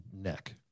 neck